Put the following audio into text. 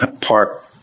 Park